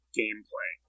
gameplay